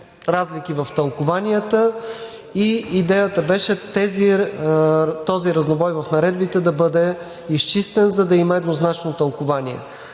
разлики в тълкуванията и идеята беше този разнобой в наредбите да бъде изчистен, за да има еднозначно тълкувание.